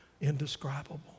Indescribable